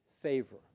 favor